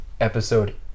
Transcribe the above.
episode